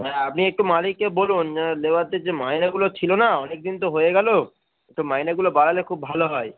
হ্যাঁ আপনি একটু মালিককে বলুন লেবারদের যে মাইনেগুলো ছিলো না অনেক দিন তো হয়ে গেলো একটু মাইনেগুলো বাড়ালে খুব ভালো হয়